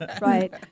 Right